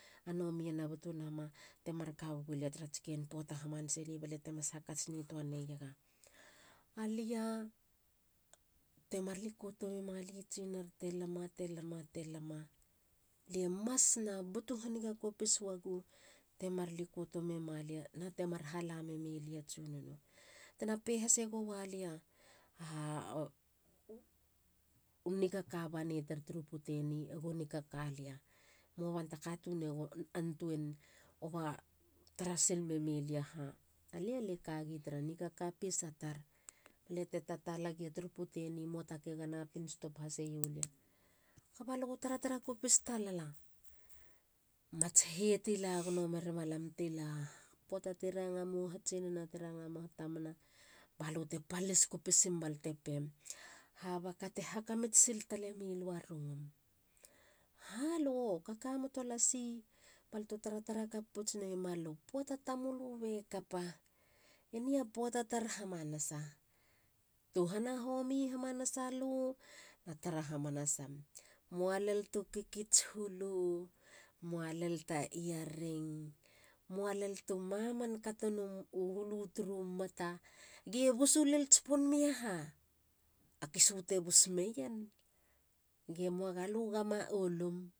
A nomie na butunama te markawegu lia tarats ken poata hamanaseni. baliate mas hakats nitua neiega. alia temar likoto mema lie tsinar. te lama. te lama. te lama. lie mas na butu haniga kopis wago te mar likoto memalia. na tema hala meme lia tsunono. Tena pe hase gowa lia. a u nikaka banei tar turu puteni egu nikaka lia. ua ban ta katun ego antuen ova tarasil memei lia aha? Alia. lie kagi tara nikaka pepesa tar. liate tatala gia turu puteni. muata kega napin stop haseio lia. kaba logo taratara kopis talala. mats hei tila gono merema lam tila. poata te ranga mou hatsinana na ti ranga mou hatamana. balute palis kopisim. balte pem. habaka te hakamits sil talemilua rungum?A lugo kokomoto lasi balte taratara kap pouts neiemalu. poata tamulu be kapa. eni a poata tar hamanasa. Tuhana homi hamanasa lu. na tara hamanasam. mualel tu kikits hulu. mualel ta ear ring. mualel tu maman katonu hulu turu mata. ge bus len tspon mei a ha?A kisu te bus meien? Mua. galu gama olum.